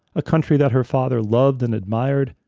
a country that her father loved and admired,